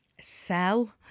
sell